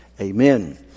amen